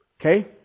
Okay